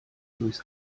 durchs